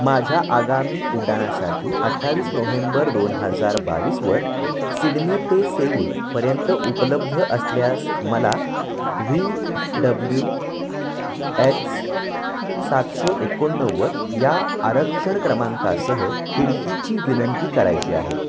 माझ्या आगामी उड्डाण्यासाठी अठ्ठावीस नोव्हेंबर दोन हजार बावीसवर सिडनी ते सेऊलपर्यंत उपलब्ध असल्यास मला व्ही डब्ल्यू एक्स सातशे एकोणनव्वद या आरक्षण क्रमांकासह खिडकीची विनंती करायची आहे